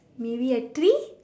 maybe a tree